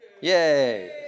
Yay